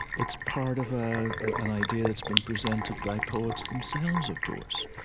it's part of ah an idea that's been presented by poets themselves, of course,